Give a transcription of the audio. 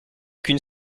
qu’une